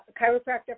chiropractor